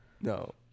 No